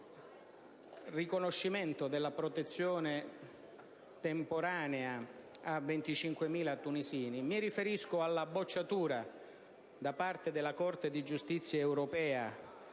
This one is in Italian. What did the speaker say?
del riconoscimento della protezione temporanea a 25.000 tunisini e alla bocciatura da parte della Corte di giustizia europea